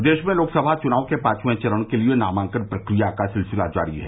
प्रदेश में लोकसभा चुनाव के पांचवें चरण के लिये नामांकन प्रक्रिया का सिलसिला जारी है